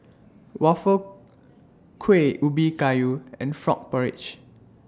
Waffle Kuih Ubi Kayu and Frog Porridge